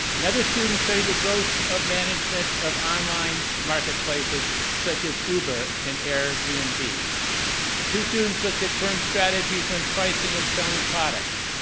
another student studied the growth of management of online marketplaces such as uber and airbnb. and two students looked at firm strategies when pricing and selling products.